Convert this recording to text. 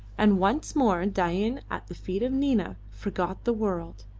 and once more dain, at the feet of nina, forgot the world,